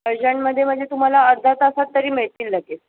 अर्जंटमध्ये म्हणजे तुम्हाला अर्ध्या तासात तरी मिळतील लगेच